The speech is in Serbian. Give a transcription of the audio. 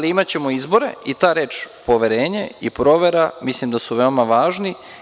Ali, imaćemo izbore i ta reč poverenje i provera mislim da su veoma važni.